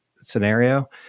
scenario